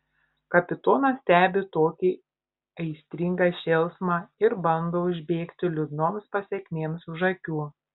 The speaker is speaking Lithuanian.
kapitonas stebi tokį aistringą šėlsmą ir bando užbėgti liūdnoms pasekmėms už akių